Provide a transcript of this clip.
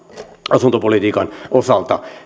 asuntopolitiikan osalta